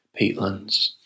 Peatlands